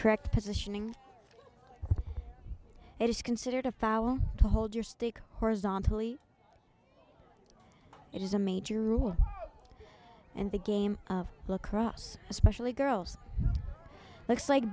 correct positioning it is considered a foul to hold your stick horizontally it is a major rule and the game of lacrosse especially girls l